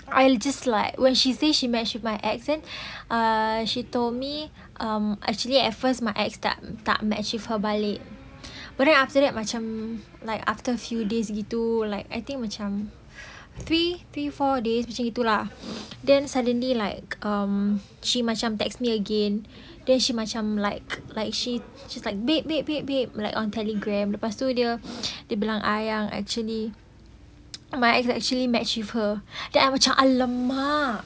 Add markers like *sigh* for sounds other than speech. I'll just like when she say she match with my ex then ah she told me um actually at first my ex tak tak match with her balik but then after that macam like after few days gitu like I think macam three three four days macam gitu lah *breath* then suddenly like um she macam text me again then she macam like like she she's like babe babe babe babe like on telegram lepas itu dia dia bilang I yang actually my ex actually match with her then I macam !alamak!